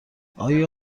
آیا